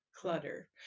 clutter